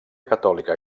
catòlica